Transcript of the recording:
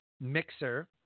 mixer